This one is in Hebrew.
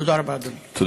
תודה רבה, אדוני.